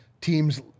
teams